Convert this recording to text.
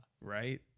Right